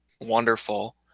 wonderful